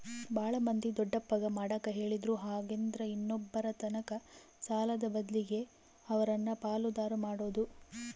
ಬಾಳ ಮಂದಿ ದೊಡ್ಡಪ್ಪಗ ಮಾಡಕ ಹೇಳಿದ್ರು ಹಾಗೆಂದ್ರ ಇನ್ನೊಬ್ಬರತಕ ಸಾಲದ ಬದ್ಲಗೆ ಅವರನ್ನ ಪಾಲುದಾರ ಮಾಡೊದು